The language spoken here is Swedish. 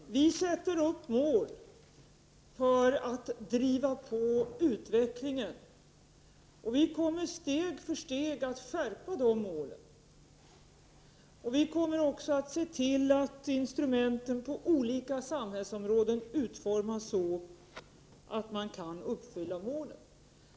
Herr talman! Vi sätter upp mål för att driva på utvecklingen, och vi kommer steg för steg att skärpa dessa mål. Vi kommer också att se till att instrumenten på olika samhällsområden utformas så att man kan uppfylla målen.